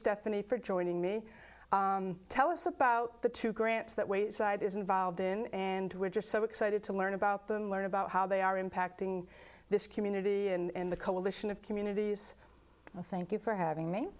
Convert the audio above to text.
stephanie for joining me tell us about the two grants that way is involved in and we're just so excited to learn about them learn about how they are impacting this community and the coalition of communities thank you for having